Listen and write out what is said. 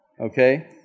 Okay